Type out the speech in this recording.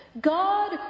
God